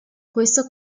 questo